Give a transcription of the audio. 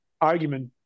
argument